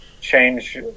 change